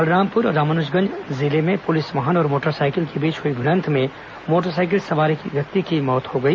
बलरामपुर रामानुजगंज जिले में पुलिस वाहन और मोटरसाइकिल के बीच हुई भिडंत में मोटरसाइकिल सवार एक व्यक्ति की मौत हो गई